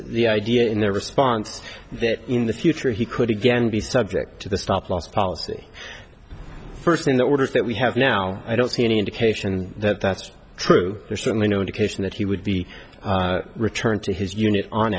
the idea in their response that in the future he could again be subject to the stop loss policy first in the order that we have now i don't see any indication that that's true there's certainly no indication that he would be returned to his unit on